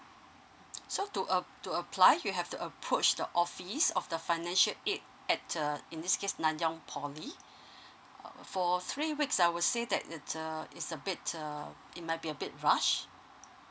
so to ap~ to apply you have to approach the office of the financial aid at uh in this case nanyang poly uh for three weeks I would say that it's a it's a bit uh it might be a bit rush